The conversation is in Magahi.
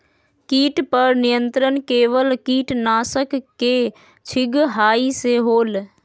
किट पर नियंत्रण केवल किटनाशक के छिंगहाई से होल?